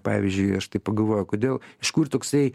pavyzdžiui aš taip pagalvojau kodėl iš kur toksai